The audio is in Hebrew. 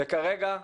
כרגע,